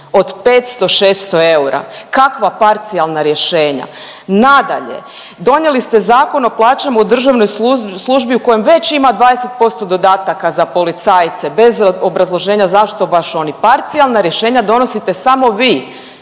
od 500-600 eura, kakva parcijalna rješenja. Nadalje, donijeli ste Zakon o plaćama u državnoj službi u kojem već ima 20% dodataka za policajce bez obrazloženja zašto baš oni. Parcijalna rješenja donosite samo vi